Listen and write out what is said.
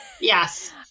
Yes